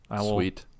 Sweet